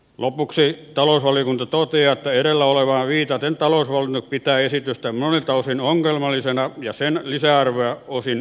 lopuksi talousvaliokunta toteaa että edellä olevaan viitaten talousvaliokunta pitää esitystä monilta osin ongelmallisena ja sen lisäarvoa osin epäselvänä